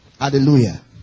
Hallelujah